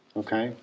okay